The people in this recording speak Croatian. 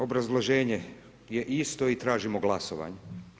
Obrazloženje je isto i tražimo glasovanje.